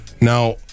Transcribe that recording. Now